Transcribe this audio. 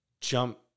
jump